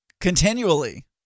Continually